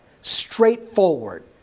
straightforward